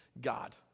God